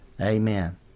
Amen